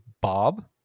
Bob